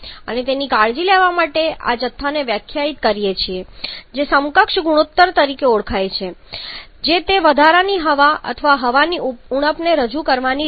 અને તેની કાળજી લેવા માટે આપણે આ જથ્થાને વ્યાખ્યાયિત કરીએ છીએ જે સમકક્ષ ગુણોત્તર તરીકે ઓળખાય છે જે તે વધારાની હવા અથવા હવાની ઉણપને રજૂ કરવાની બીજી રીત છે